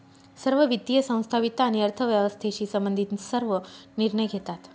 सर्व वित्तीय संस्था वित्त आणि अर्थव्यवस्थेशी संबंधित सर्व निर्णय घेतात